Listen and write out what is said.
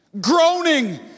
groaning